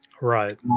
right